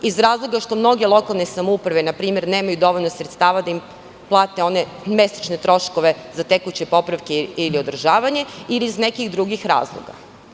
Iz razloga što mnoge lokalne samouprave, npr, nemaju dovoljno sredstava da plate one mesečne troškove za tekuće popravke ili održavanje ili iz nekih drugih razloga.